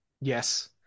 Yes